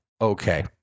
okay